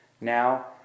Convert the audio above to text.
now